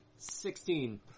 Sixteen